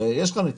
הרי יש לך נתיב.